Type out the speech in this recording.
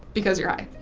because you're high.